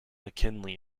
mckinley